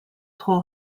trop